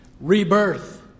Rebirth